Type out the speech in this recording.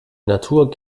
natur